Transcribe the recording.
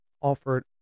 offered